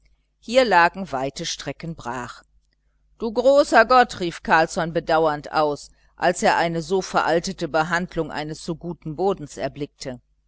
hier lagen weite strecken brach du großer gott rief carlsson bedauernd aus als er eine so veraltete behandlung eines so guten bodens erblickte